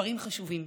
דברים חשובים.